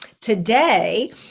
today